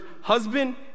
husband